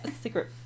secret